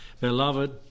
Beloved